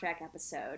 episode